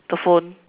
the phone